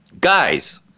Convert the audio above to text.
guys